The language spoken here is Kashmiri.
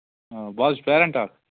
آ بہٕ حظ چھُس پیرَنٛٹ اَکھ